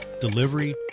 delivery